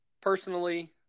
personally